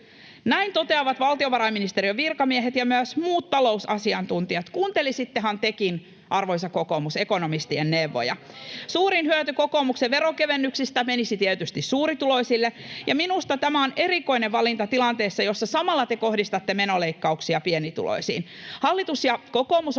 Näin toteavat valtiovarainministeriön virkamiehet ja myös muut talousasiantuntijat. Kuuntelisittehan tekin, arvoisa kokoomus, ekonomistien neuvoja? [Sari Sarkomaan välihuuto] Suurin hyöty kokoomuksen veronkevennyksistä menisi tietysti suurituloisille, ja minusta tämä on erikoinen valinta tilanteessa, jossa te samalla kohdistatte menoleikkauksia pienituloisiin. [Timo Heinonen